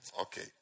Okay